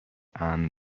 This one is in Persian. امن